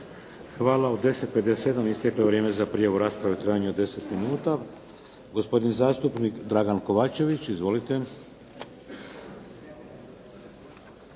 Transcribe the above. Hvala. U 10,57 isteklo je vrijeme za prijavu rasprave u trajanju od 10 minuta. Gospodin zastupnik Dragan Kovačević. Izvolite.